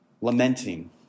lamenting